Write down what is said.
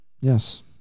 Yes